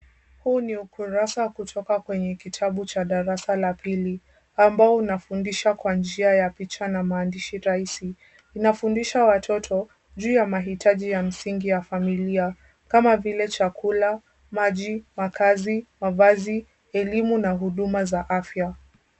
Huu ni ukurasa kutoka kwenye kitabu cha darasa la pili, ambao unafundisha kwa njia ya picha na mandishi rahisi, unafundhisha watoto juu ya mahitaji ya msingi ya familia. Kama vile; chakula, maji, makazi, mavazi, elimu na huduma za afya.